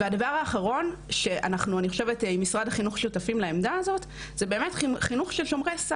הדבר האחרון שאני חושבת שאנחנו שותפים לעמדה הזו עם משרד החינוך,